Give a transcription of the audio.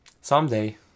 someday